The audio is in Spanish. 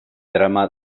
trama